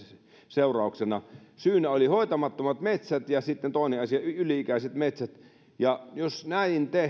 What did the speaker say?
seurauksena syynä olivat hoitamattomat metsät ja sitten toisena asiana yli ikäiset metsät jos näin